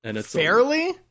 Fairly